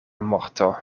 morto